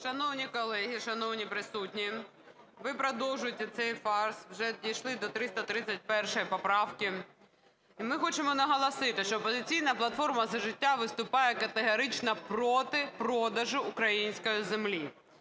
Шановні колеги, шановні присутні! Ви продовжуєте цей фарс, вже дійшли до 331 поправки. Ми хочемо наголосити, що "Опозиційна платформа - За життя" виступає категорично проти продажу української землі,